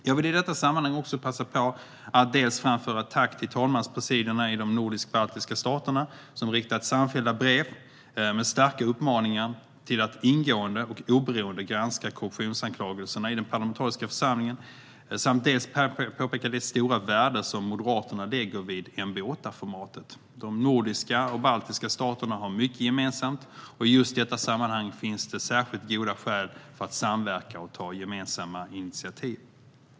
Jag vill i detta sammanhang också passa på att dels framföra ett tack till talmanspresidierna i de nordisk-baltiska staterna, som riktat samfällda brev med starka uppmaningar att ingående och oberoende granska korruptionsanklagelserna mot ledamöter i den parlamentariska församlingen, dels påpeka det stora värde som Moderaterna sätter på NB8-formatet. De nordiska och baltiska staterna har mycket gemensamt, och i just detta sammanhang finns det särskilt goda skäl för att samverka och ta gemensamma initiativ.